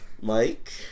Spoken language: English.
Mike